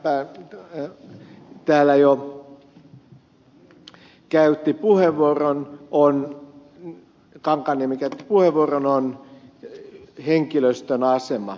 kankaanniemi täällä jo käytti puheenvuoron porn kaltainen mikä voi vaarana on henkilöstön asema